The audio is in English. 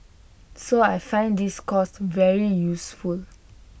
so I find this course very useful